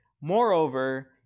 Moreover